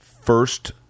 first